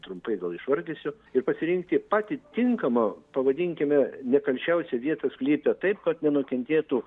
trumpai gal išvardysiu ir pasirinkti patį tinkamą pavadinkime nekalčiausią vietą sklype taip kad nenukentėtų